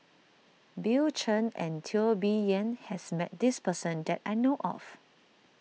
Bill Chen and Teo Bee Yen has met this person that I know of